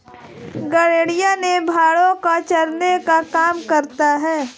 गड़ेरिया भेड़ो को चराने का काम करता है